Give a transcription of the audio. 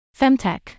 Femtech